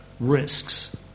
risks